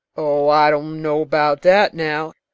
oh, i don't know about that, now,